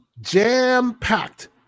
jam-packed